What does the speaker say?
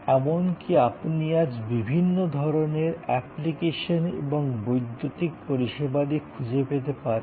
এইরকম প্রশ্নের উত্তরের জন্য আপনি আজ বিভিন্ন ধরণের অ্যাপ্লিকেশন এবং বৈদ্যুতিক পরিষেবাদি খুঁজে পেতে পারেন